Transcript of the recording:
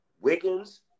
Wiggins